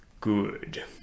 good